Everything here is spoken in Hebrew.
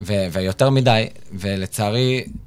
ויותר מדי, ולצערי...